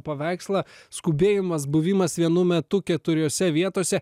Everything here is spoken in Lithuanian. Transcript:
paveikslą skubėjimas buvimas vienu metu keturiose vietose